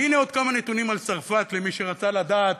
והינה עוד כמה נתונים על צרפת, למי שרצה לדעת